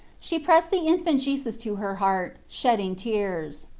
she pressed the infant jesus to her heart, shedding tears.